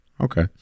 Okay